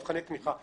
מבחני תמיכה,